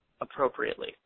appropriately